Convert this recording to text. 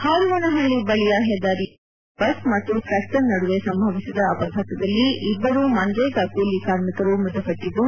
ಹಾರುವನಳ್ಳಿ ಬಳಿಯ ಹೆದ್ದಾರಿಯಲ್ಲಿ ಇಂದು ಬೆಳಗ್ಗೆ ಬಸ್ ಮತ್ತು ಟ್ರಾಕ್ಟರ್ ನಡುವೆ ಸಂಭವಿಸಿದ ಅಪಘಾತದಲ್ಲಿ ಇಬ್ಬರು ಮನರೇಗ ಕೂಲಿ ಕಾರ್ಮಿಕರು ಮೃತಪಟ್ಟಿದ್ದು